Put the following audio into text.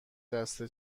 دسته